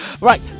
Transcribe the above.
Right